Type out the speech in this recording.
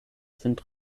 sind